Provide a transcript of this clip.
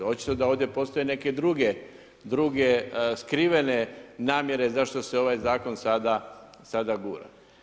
Očito da ovdje postoje neke druge skrivene namjere zašto se ovaj zakon sada gura.